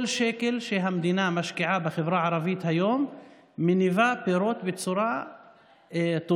כל שקל שהמדינה משקיעה בחברה הערבית היום מניבה פירות בצורה טובה,